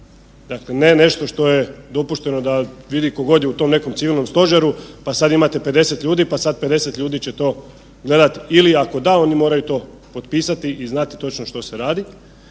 dakle ne nešto što je dopušteno da vidi ko god je u tom Civilnom stožeru pa sada imate 50 ljudi pa sad 50 ljudi će to gledat ili ako da oni moraju to potpisati i znati točno što se radi